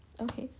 okay